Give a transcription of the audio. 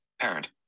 parent